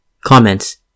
Comments